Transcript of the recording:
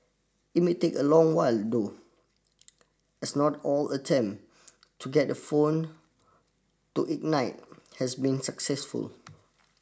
it may take a long while though as not all attempt to get the phone to ignite has been successful